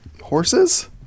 horses